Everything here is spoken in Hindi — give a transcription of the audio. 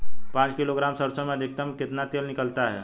पाँच किलोग्राम सरसों में अधिकतम कितना तेल निकलता है?